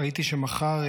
ראיתי שמחר,